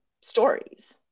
stories